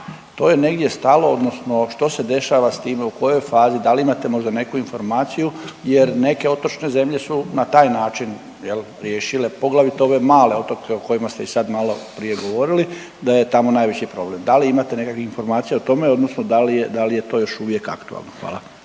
To je negdje stalo, odnosno što se dešava s time, u kojoj je fazi? Da li imate možda neku informaciju jer neke otočne zemlje su na taj način riješile, jel' poglavito ove male otoke o kojima ste i sad malo prije govorili da je tamo najveći problem. Da li imate nekakvih informacija o tome, odnosno da li je to još uvijek aktualno? Hvala.